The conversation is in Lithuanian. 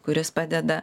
kuris padeda